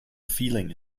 feeling